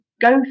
go